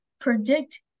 predict